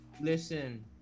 Listen